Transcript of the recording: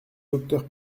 docteur